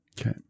Okay